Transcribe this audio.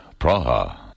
Praha